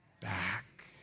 back